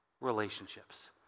relationships